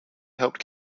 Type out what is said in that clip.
helped